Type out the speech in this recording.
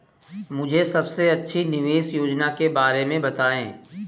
मुझे सबसे अच्छी निवेश योजना के बारे में बताएँ?